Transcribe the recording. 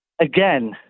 again